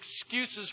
excuses